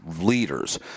leaders